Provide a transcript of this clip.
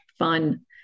fun